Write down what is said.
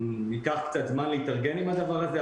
ייקח קצת זמן להתארגן עם הדבר הזה,